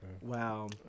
Wow